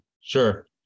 Sure